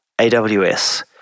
AWS